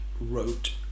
wrote